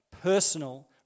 personal